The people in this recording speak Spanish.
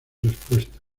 respuesta